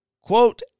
Quote